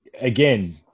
again